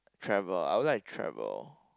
travel I will like to travel